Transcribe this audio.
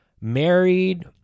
married